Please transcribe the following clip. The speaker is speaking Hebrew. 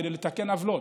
כדי לתקן עוולות.